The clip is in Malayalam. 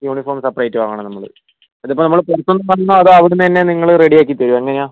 യൂണിഫോം സെപ്പറേറ്റ് വാങ്ങണം നമ്മൾ ഇത് ഇപ്പം നമ്മൾ പുറത്തുനിന്ന് വാങ്ങണോ അതോ അവിടുന്ന് തന്നെ നിങ്ങൾ റെഡി ആക്കിതരുമോ എങ്ങനെയാണ്